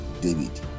David